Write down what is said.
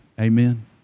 Amen